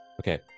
Okay